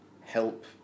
help